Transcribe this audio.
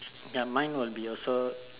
ya mine will be also